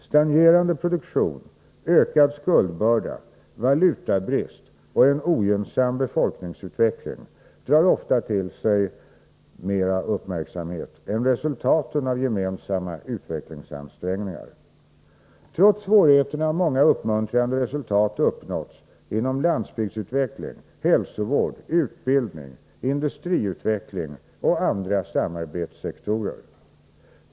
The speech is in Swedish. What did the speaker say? Stagnerande produktion, ökad skuldbörda, valutabrist och en ogynnsam befolkningsutveckling drar ofta till sig mera uppmärksamhet än resultaten av gemensamma utvecklingsansträngningar. Trots svårigheterna har många uppmuntrande resultat uppnåtts inom landsbygdsutveckling, hälsovård, utbildning, industriutveckling och andra samarbetssektorer.